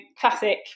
classic